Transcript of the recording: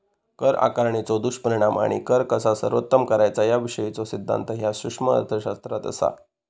कर आकारणीचो दुष्परिणाम आणि कर कसा सर्वोत्तम करायचा याविषयीचो सिद्धांत ह्या सूक्ष्म अर्थशास्त्रात असा